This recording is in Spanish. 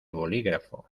bolígrafo